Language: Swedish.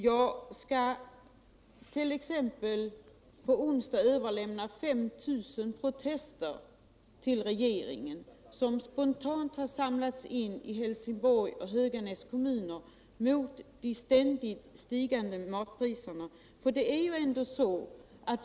Jag skall t.ex. på onsdag överlämna protester till regeringen med 35 000 namnunderskrifter mot de stigande matpriserna, spontant insamlade i Helsingborgs och Höganäs kommuner.